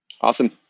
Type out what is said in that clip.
Awesome